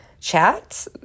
chat